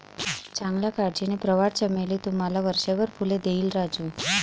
चांगल्या काळजीने, प्रवाळ चमेली तुम्हाला वर्षभर फुले देईल राजू